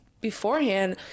beforehand